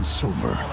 silver